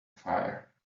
fire